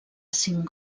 cinc